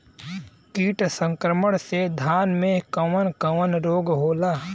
कीट संक्रमण से धान में कवन कवन रोग होला?